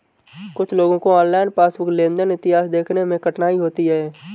कुछ लोगों को ऑनलाइन पासबुक लेनदेन इतिहास देखने में कठिनाई होती हैं